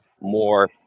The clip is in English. more